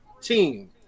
team